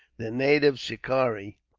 the native shikari,